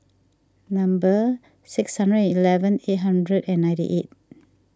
number six hundred eleven eight hundred and ninety eight